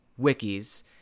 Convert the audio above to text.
wikis